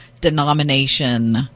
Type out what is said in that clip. denomination